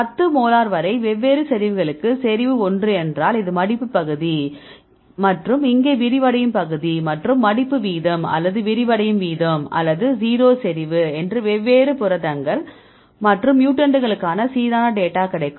10 molar வரை வெவ்வேறு செறிவுகளுக்கு செறிவு ஒன்று என்றால் இது மடிப்பு பகுதி மற்றும் இங்கே விரிவடையும் பகுதி மற்றும் மடிப்பு வீதம் அல்லது விரிவடையும் வீதம் அல்லது 0 செறிவு என்று வெவ்வேறு புரதங்கள் மற்றும் மியூட்டன்ட்களுக்கான சீரான டேட்டா கிடைக்கும்